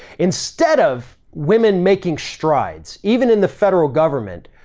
instead of women making strides, even in the federal government,